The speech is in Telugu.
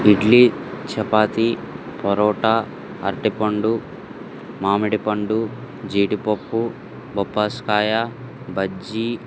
ఇడ్లీ చపాతి పరోట అరటిపండు మామిడిపండు జీడిపప్పు బొబ్బస్కాయ బజ్జీ